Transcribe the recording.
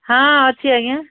ହଁ ଅଛି ଆଜ୍ଞା